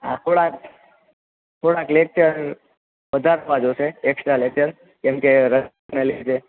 થોડાક થોડાક લેક્ચર વધારવા જોઈશે એકસ્ટ્રા લેક્ચર કેમ કે રજાના લીધે